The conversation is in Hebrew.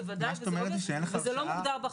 זה ודאי וזה לא מוגדר בחוק.